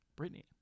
Britney